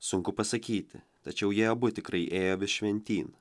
sunku pasakyti tačiau jie abu tikrai ėjo vis šventyn